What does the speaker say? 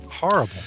Horrible